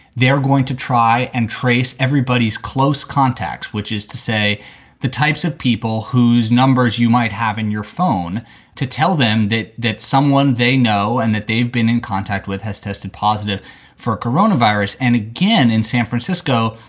they're going to try and trace everybody's close contacts, which is to say the types of people whose numbers you might have in your phone to tell them that that someone they know and that they've been in contact with has tested positive for a coronavirus. and again, in san francisco,